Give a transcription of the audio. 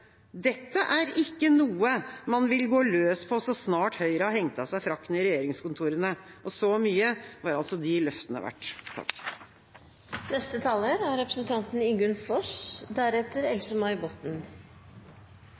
ikke er noe man vil gå løs på så snart Høyre har hengt av seg frakken i regjeringskontorene». Så mye var altså de løftene verdt. Det er gledelig å registrere at det er